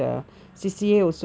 ya